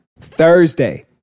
Thursday